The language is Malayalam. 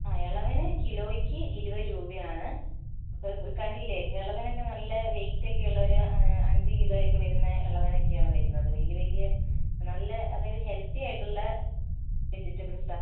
ആ എളവന് കിലോയ്ക്ക് ഇരുപത് രൂപയാണ് ഇപ്പോൾ കണ്ടില്ലേ എളവനൊക്കെ നല്ല വെയിറ്റ് ഒക്കെയുള്ളയൊരു അഞ്ച് കിലോയൊക്കെ വരുന്ന എളവനൊക്കെയാണ് വെരുന്നത് വലിയ വലിയ നല്ല അതായത് ഹെൽത്തി ആയിട്ടുള്ള വെജിറ്റബിൾസ് ആണ്